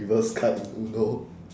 reverse card in uno